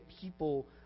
people